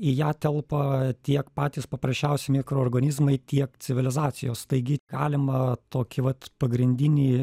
į ją telpa tiek patys paprasčiausi mikroorganizmai tiek civilizacijos taigi galima tokį vat pagrindinį